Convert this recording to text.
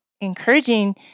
encouraging